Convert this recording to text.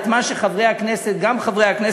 כל מה שחברי הכנסת,